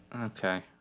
Okay